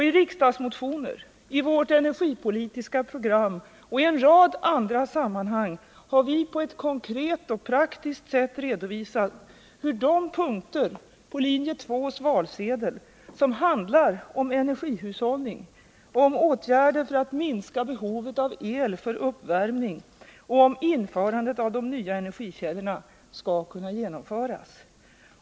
I riksdagsmotioner, vårt energipolitiska program och en rad andra sammanhang har vi på ett konkret och praktiskt sätt redovisat hur de punkter på linje 2:s valsedel som handlar om energihushållning, åtgärder för att minska behovet av el för uppvärmning och införandet av de nya energikällorna skall kunna genomföras.